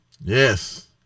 Yes